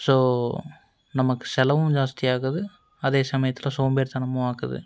so நமக்கு செலவும் ஜாஸ்தி ஆகுது அதே சமயத்தில் சோம்பேறித்தனமும் ஆக்குது